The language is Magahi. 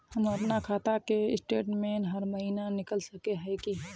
हम अपना खाता के स्टेटमेंट हर महीना निकल सके है की?